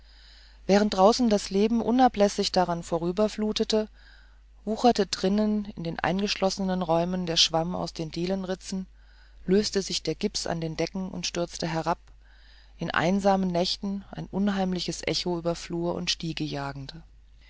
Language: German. während draußen das leben unablässig daran vorüberflutete wucherte drinnen in den eingeschlossenen räumen der schwamm aus den dielenritzen löste sich der gips an den decken und stürzte herab in einsamen nächten ein unheimliches echo über flur und stiege jagend